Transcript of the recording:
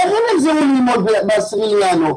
איך הם יחזרו ללמוד ב-10 בינואר?